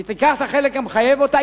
היא תיקח את החלק המחייב אותה,